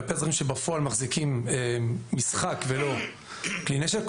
כלפי אזרחים שבפועל מחזיקים משחק ולא כלי נשק.